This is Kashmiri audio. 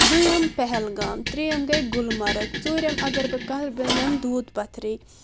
دۄیم پہلگام تریٚم گٔے گُلمرگ ژورم اگر بہٕ کتھ کرٕ بہٕ نمہٕ دوٗد پتھری